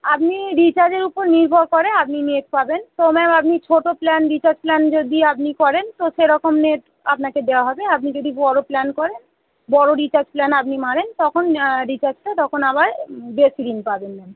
আপনি রিচার্জের উপর নির্ভর করে আপনি নেট পাবেন তো ম্যাম আপনি ছোটো প্ল্যান রিচার্জ প্ল্যান যদি আপনি করেন তো সেরকম নেট আপনাকে দেওয়া হবে আপনি যদি বড়ো প্ল্যান করেন বড়ো রিচার্জ প্ল্যান আপনি মারেন তখন রিচার্জটা তখন আবার বেশি দিন পাবেন ম্যাম